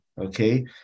okay